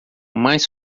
mais